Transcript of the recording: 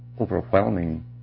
overwhelming